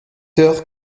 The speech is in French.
heures